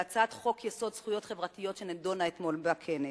להצעת חוק-יסוד: זכויות חברתיות שנדונה אתמול בכנס.